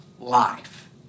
life